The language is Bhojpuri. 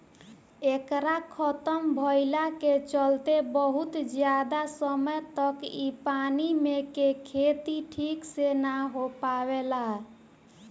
एकरा खतम भईला के चलते बहुत ज्यादा समय तक इ पानी मे के खेती ठीक से ना हो पावेला